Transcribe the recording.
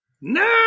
No